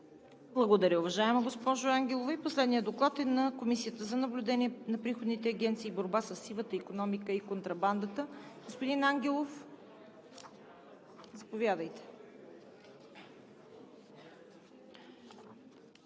Благодаря, уважаема госпожо Ангелова. Последният доклад е на Комисия за наблюдение на приходните агенции и борба със сивата икономика и контрабандата. Господин Ангелов, заповядайте.